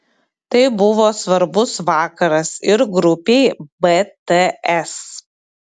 tai buvo svarbus vakaras ir grupei bts